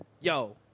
Yo